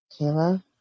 Kayla